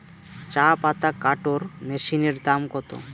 চাপাতা কাটর মেশিনের দাম কত?